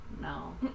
No